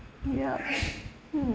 ya hmm